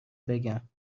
بگم